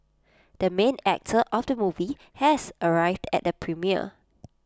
the main actor of the movie has arrived at the premiere